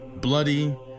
bloody